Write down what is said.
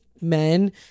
men